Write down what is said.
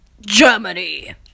germany